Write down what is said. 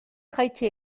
jaitsi